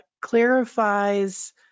clarifies